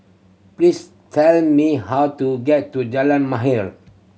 please tell me how to get to Jalan Mahir